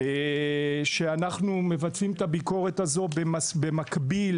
אנחנו מבצעים את הביקורת הזו במקביל